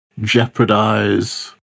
jeopardize